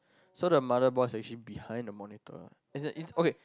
so the mother boss actually behind the monitor as in it's okay